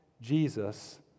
Jesus